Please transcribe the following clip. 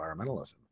environmentalism